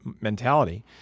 mentality